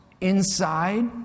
inside